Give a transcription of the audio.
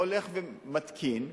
הולך ומתקין,